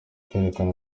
kwerekana